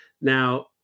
Now